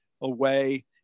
away